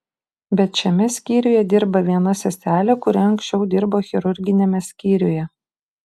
bet šiame skyriuje dirba viena seselė kuri anksčiau dirbo chirurginiame skyriuje